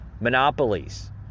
monopolies